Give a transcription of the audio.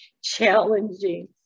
challenging